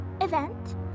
event